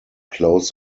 close